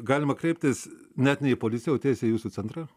galima kreiptis net ne į policiją o tiesiai į jūsų centrą